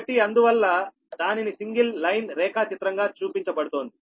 కాబట్టి అందువల్ల దానిని సింగిల్ లైన్ రేఖాచిత్రం గా చూపించబడుతుంది